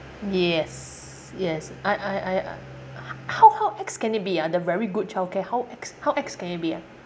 yes yes I I I how how ex can it be ah the very good childcare how ex how ex can it be ah